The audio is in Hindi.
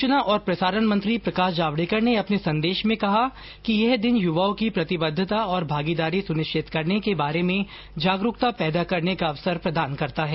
सूचना और प्रसारण मंत्री प्रकाश जावडेकर ने अपने संदेश में कहा कि यह दिन युवाओं की प्रतिबद्धता और भागीदारी सुनिश्चित करने के बारे में जागरूकता पैदा करने का अवसर प्रदान करता है